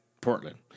Portland